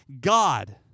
God